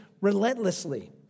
relentlessly